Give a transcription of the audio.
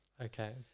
Okay